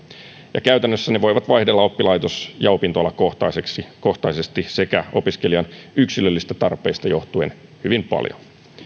ja käytännössä ne voivat vaihdella oppilaitos ja opintoalakohtaisesti sekä opiskelijan yksilöllisistä tarpeista johtuen hyvin paljon